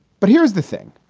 but here's the thing.